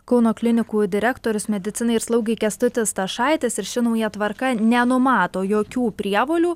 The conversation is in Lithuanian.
kauno klinikų direktorius medicinai ir slaugai kęstutis stašaitis ir ši nauja tvarka nenumato jokių prievolių